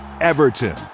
everton